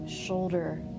shoulder